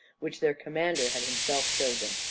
which their commander had himself chosen.